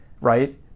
right